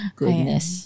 goodness